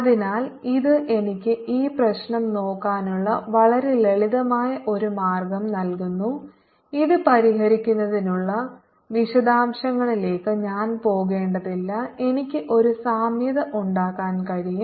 അതിനാൽ ഇത് എനിക്ക് ഈ പ്രശ്നം നോക്കാനുള്ള വളരെ ലളിതമായ ഒരു മാർഗ്ഗം നൽകുന്നു ഇത് പരിഹരിക്കുന്നതിനുള്ള വിശദാംശങ്ങളിലേക്ക് ഞാൻ പോകേണ്ടതില്ല എനിക്ക് ഒരു സാമ്യത ഉണ്ടാക്കാൻ കഴിയും